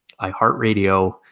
iHeartRadio